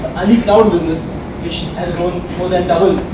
alicloud business which has grown more than double